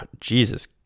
Jesus